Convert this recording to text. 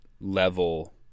level